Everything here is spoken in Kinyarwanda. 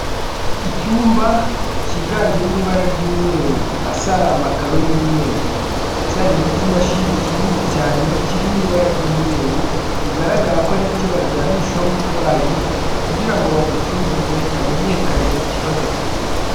Icyumba cyiganjemo ibara ry'umweru hasi hari amakaro y'umweru ndetse hari n'ikimashini kinini cyane kiri mu ibara ry'umweru bigaragara ko hari icyo baryamishaho umurwayi kugira ngo bamusuzume hamenyekane ikibazo afite.